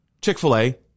Chick-fil-A